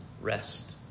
rest